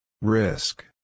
Risk